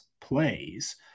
plays